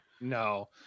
no